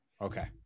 okay